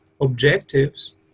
objectives